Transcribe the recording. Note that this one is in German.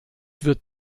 wird